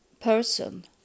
person